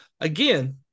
Again